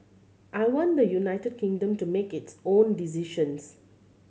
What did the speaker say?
I want the United Kingdom to make its own decisions